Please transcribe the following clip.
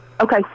Okay